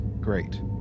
great